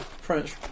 French